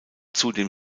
zudem